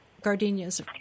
gardenias